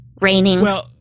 raining